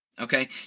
okay